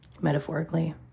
Metaphorically